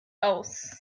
aus